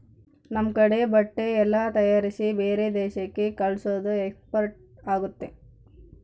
ನಮ್ ಕಡೆ ಬಟ್ಟೆ ಎಲ್ಲ ತಯಾರಿಸಿ ಬೇರೆ ದೇಶಕ್ಕೆ ಕಲ್ಸೋದು ಎಕ್ಸ್ಪೋರ್ಟ್ ಆಗುತ್ತೆ